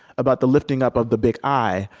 about the lifting up of the big i,